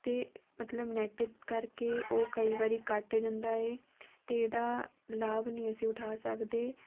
ਅਤੇ ਮਤਲਬ ਨੈੱਟ ਕਰਕੇ ਉਹ ਕਈ ਵਾਰੀ ਕੱਟ ਜਾਂਦਾ ਏ ਅਤੇ ਇਹਦਾ ਲਾਭ ਨਹੀਂ ਅਸੀਂ ਉਠਾ ਸਕਦੇ